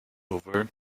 over